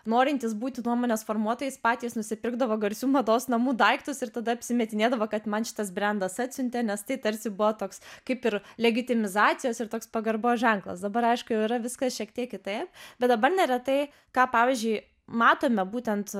norintys būti nuomonės formuotojais patys nusipirkdavo garsių mados namų daiktus ir tada apsimetinėdavo kad man šitas brendas atsiuntė nes tai tarsi buvo toks kaip ir legitimizacijos ir toks pagarbos ženklas dabar aišku jau yra viskas šiek tiek kitaip bet dabar neretai ką pavyzdžiui matome būtent